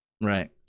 right